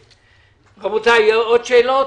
רבותי, עוד שאלות?